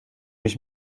mich